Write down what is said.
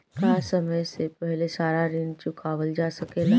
का समय से पहले सारा ऋण चुकावल जा सकेला?